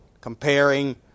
Comparing